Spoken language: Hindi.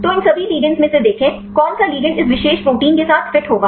तो इन सभी लिगेंड्स में से देखें कौन सा लिगंड इस विशेष प्रोटीन के साथ फिट होगा